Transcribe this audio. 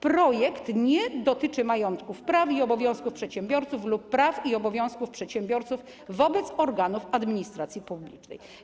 Projekt nie dotyczy majątkowych praw i obowiązków przedsiębiorców lub praw i obowiązków przedsiębiorców wobec organów administracji publicznej.